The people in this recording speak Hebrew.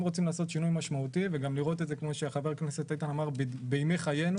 אם רוצים לעשות שינוי משמעותי ולראות את זה בימי חיינו